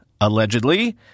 allegedly